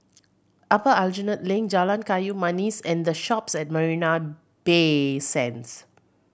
Upper Aljunied Link Jalan Kayu Manis and The Shoppes at Marina Bay Sands